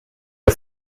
der